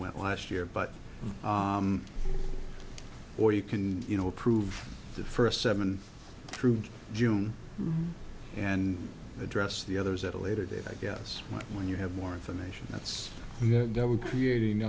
went last year but or you can you know approve the first seven through june and address the others at a later date i guess when you have more information that's creating